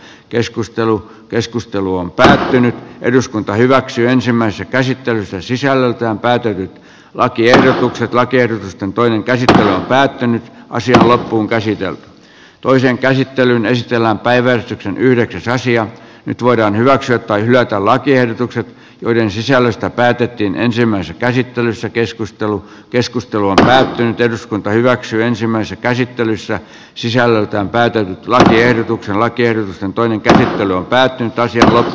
keskustelu keskustelu on pysähtynyt eduskunta hyväksyy ensimmäisessä käsittelyssä sisällöltään päätyy lakiehdotukset lakers antoi enkä sitä päätämme asiaa loppuunkäsitelty ja toisen käsittelyn stella päivän yhdeksäs asia nyt voidaan hyväksyä tai hylätä lakiehdotukset joiden sisällöstä päätettiin ensimmäisessä käsittelyssä keskustelu keskustelu päättyi eduskunta hyväksyi ensimmäisen käsittelyssä sisällöltään väitä laihdutuksella kierroksen toinen käsittely on päättynyt ja